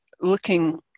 looking